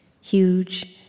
Huge